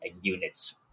units